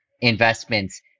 investments